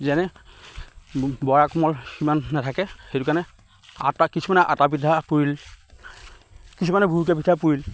যেনে বৰা কোমল সিমান নাথাকে সেইটো কাৰণে আটা কিছুমানে আটা পিঠা পুৰিল কিছুমানে গুৰুকে পিঠা পুৰিল